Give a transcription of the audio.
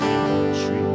tree